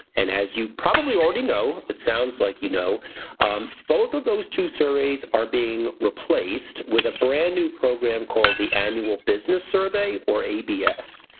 and as you probably already know, it sounds like you know both of those two surveys are being replaced with a brand-new program called the annual business survey or abs.